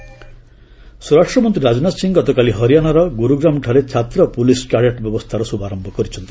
ରାଜନାଥ ସ୍ୱରାଷ୍ଟମନ୍ତ୍ରୀ ରାଜନାଥ ସିଂ ଗତକାଲି ହରିଆନାର ଗୁରୁଗ୍ରାମଠାରେ ଛାତ୍ର ପୋଲିସ କ୍ୟାଡେଟ୍ ବ୍ୟବସ୍ଥାର ଶୁଭାରମ୍ଭ କରିଛନ୍ତି